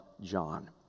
John